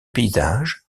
paysage